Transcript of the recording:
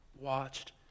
watched